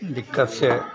दिक़्क़त से